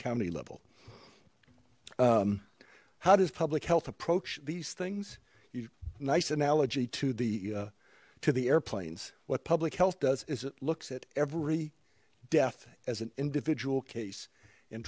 county level how does public health approach these things you nice analogy to the to the airplanes what public health does is it looks at every death as an individual case and